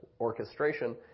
orchestration